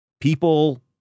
people